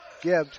Gibbs